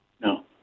No